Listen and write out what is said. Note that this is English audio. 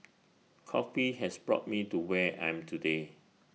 coffee has brought me to where I'm today